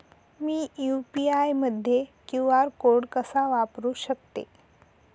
मी UPI मध्ये QR code कसा वापरु शकते?